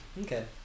Okay